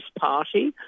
party